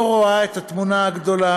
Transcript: לא רואה את התמונה הגדולה,